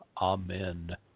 Amen